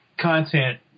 content